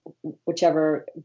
whichever